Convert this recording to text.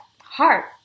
heart